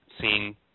seen